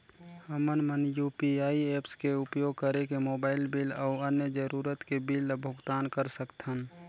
हमन मन UPI apps के उपयोग करिके मोबाइल बिल अऊ अन्य जरूरत के बिल ल भुगतान कर सकथन